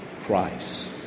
Christ